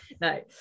No